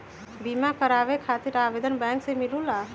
बिमा कराबे खातीर आवेदन बैंक से मिलेलु?